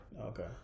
Okay